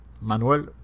Manuel